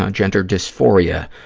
ah gender dysphoria,